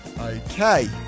Okay